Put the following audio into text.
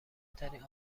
ترین